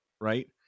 right